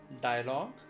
dialogue